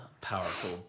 powerful